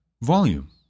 volume